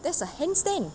that's a handstand